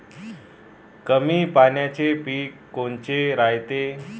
कमी पाण्याचे पीक कोनचे रायते?